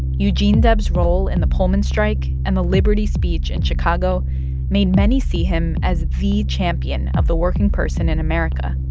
eugene debs' role in the pullman strike and the liberty speech in chicago made many see him as the champion of the working person in america.